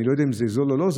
אני לא יודע אם זה זול או לא,